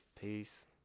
Peace